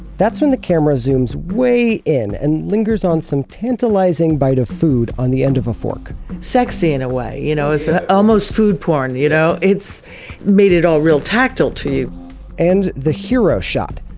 that's when the camera zooms way in and lingers on some tantalizing bite of food on the end of a fork sexy in a way. you know it's ah almost food porn. you know it made it all real tactile to you and the hero shot,